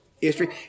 history